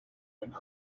went